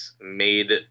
made